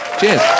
Cheers